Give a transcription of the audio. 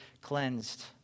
cleansed